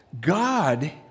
God